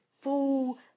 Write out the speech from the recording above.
full